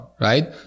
right